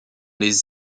les